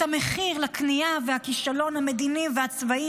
את המחיר לכניעה והכישלון המדיני והצבאי